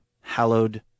hallowed